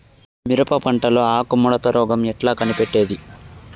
మిరప పంటలో ఆకు ముడత రోగం ఎట్లా కనిపెట్టేది?